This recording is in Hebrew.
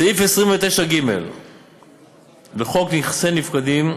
סעיף 29ג לחוק נכסי נפקדים,